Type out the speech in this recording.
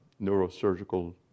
neurosurgical